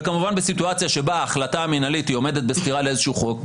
וכמובן בסיטואציה שבה ההחלטה המנהלית עומדת בסתירה לאיזשהו חוק,